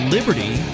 Liberty